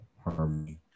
harmony